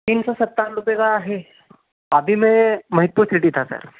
तीन सौ सत्तावन रुपए का है अभी मैं मनिकपुर सिटी था सर